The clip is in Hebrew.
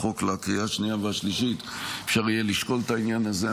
החוק לקריאה השנייה והשלישית אפשר יהיה לשקול את העניין הזה.